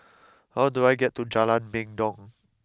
how do I get to Jalan Mendong